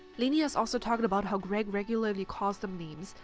lainey has also talked about how greg regularly calls them names,